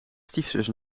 stiefzus